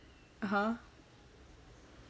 (uh huh)